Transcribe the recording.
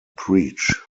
preach